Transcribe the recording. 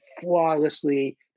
flawlessly